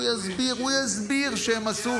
הוא יסביר שהם עשו